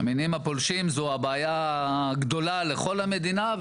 המינים הפולשים זו בעיה גדולה לכל המדינה,